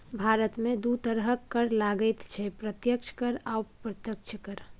भारतमे दू तरहक कर लागैत छै प्रत्यक्ष कर आ अप्रत्यक्ष कर